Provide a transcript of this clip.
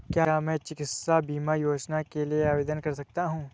क्या मैं चिकित्सा बीमा योजना के लिए आवेदन कर सकता हूँ?